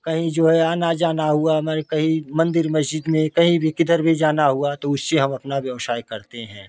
कहीं जो है आना जाना हुआ माने कही मंदिर मस्जिद में कही भी किधर भी जाना हुआ तो उससे हम अपना व्यवसाय करते है